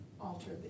alter